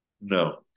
No